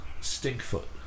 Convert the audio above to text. Stinkfoot